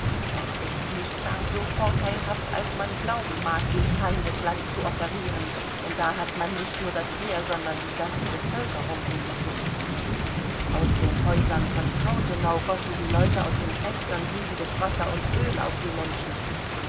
es ist nicht gar so vorteilhaft als man glauben mag in feindesland zu operieren denn da hat man nicht nur das heer sondern die ganze bevölkerung gegen sich aus den häusern von trautenau gossen die leute aus den fenstern siedendes wasser und öl auf die menschen